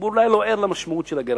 הציבור אולי לא ער למשמעות של הגירעון.